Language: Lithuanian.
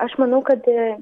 aš manau kad